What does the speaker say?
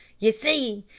ye see,